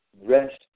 rest